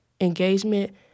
engagement